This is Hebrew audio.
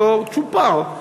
בתור צ'ופר,